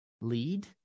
lead